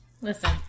Listen